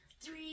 three